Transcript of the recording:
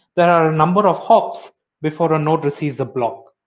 there are a number of hops before a node receives a block.